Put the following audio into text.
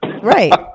Right